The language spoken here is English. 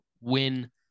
win